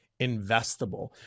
investable